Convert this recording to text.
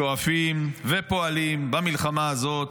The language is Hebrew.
שואפים ופועלים במלחמה הזאת,